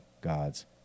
God's